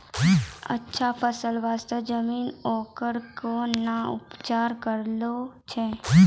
अच्छा फसल बास्ते जमीन कऽ कै ना उपचार करैय छै